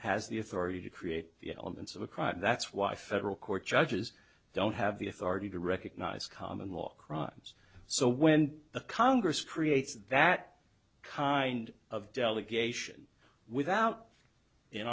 has the authority to create the elements of a crime that's why federal court judges don't have the authority to recognize common law crimes so when the congress creates that kind of delegation without in